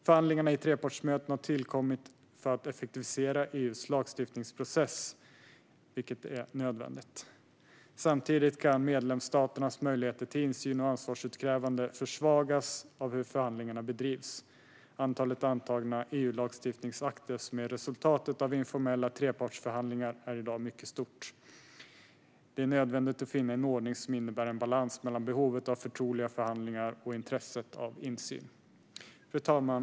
Förhandlingarna i trepartsmöten har tillkommit för att effektivisera EU:s lagstiftningsprocess, vilket är nödvändigt. Samtidigt kan medlemsstaternas möjligheter till insyn och ansvarsutkrävande försvagas av hur förhandlingarna bedrivs. Antalet antagna EU-lagstiftningsakter som är resultatet av informella trepartsförhandlingar är i dag mycket stort. Det är nödvändigt att finna en ordning som innebär en balans mellan behovet av förtroliga förhandlingar och intresset av insyn.